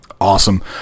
Awesome